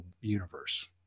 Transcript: universe